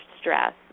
stress